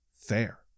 fair